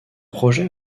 projet